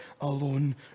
alone